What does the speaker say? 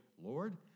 Lord